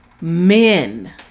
men